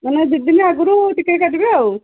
ନନେ ଦୁଇ ଦିନ ଆଗରୁ ଟିକେଟ୍ କାଟିବେ ଆଉ